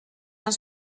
els